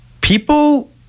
people